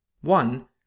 One